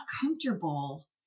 comfortable